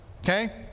okay